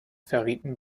verrieten